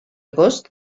agost